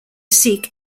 seek